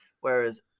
Whereas